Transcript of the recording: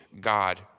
God